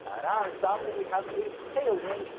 in our example we have a tailwind,